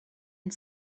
and